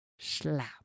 Slap